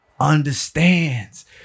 understands